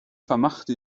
vermachte